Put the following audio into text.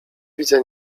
widzę